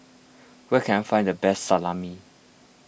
where can I find the best Salami